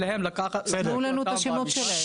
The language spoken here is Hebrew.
תנו לנו את השמות שלהם.